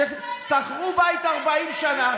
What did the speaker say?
ששכרו בית 40 שנה?